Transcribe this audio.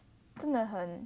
真的很